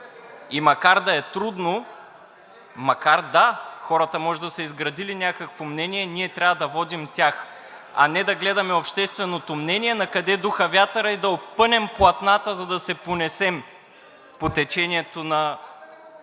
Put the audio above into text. макар и да е трудно. Макар, да, хората може да са изградили някакво мнение, ние трябва да водим тях, а не да гледаме общественото мнение накъде духа вятърът и да опънем платната, за да се понесем по течението на